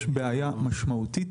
יש בעיה משמעותית